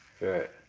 Right